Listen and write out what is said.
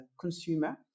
consumer